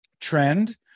trend